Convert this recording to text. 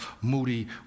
Moody